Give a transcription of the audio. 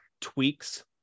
tweaks